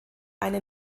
eine